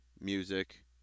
music